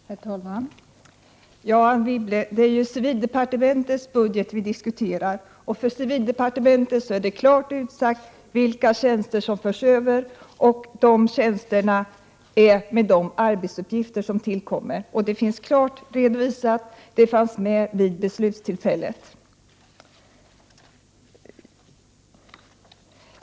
Herr talman! Ja, Anne Wibble, det är ju civildepartementets budget vi diskuterar, och för civildepartementet är det klart utsagt vilka tjänster som förs över dit. De tjänsterna krävs för de arbetsuppgifter som tillkommer. Det finns klart redovisat. Det fanns med vid beslutstillfället.